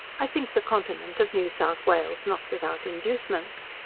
i think the continent of new south wales not without inducements.